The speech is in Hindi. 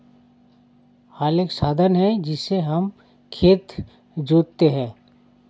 हल एक साधन है जिससे हम खेत जोतते है